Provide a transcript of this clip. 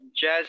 Jazz